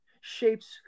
shapes